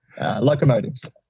Locomotives